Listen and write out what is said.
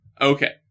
Okay